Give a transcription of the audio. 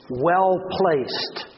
well-placed